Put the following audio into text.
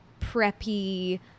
preppy